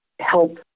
help